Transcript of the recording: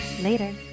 Later